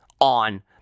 on